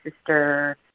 sister